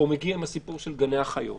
או מגיע עם הסיפור של גני החיות.